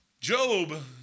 Job